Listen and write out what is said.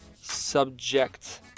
subject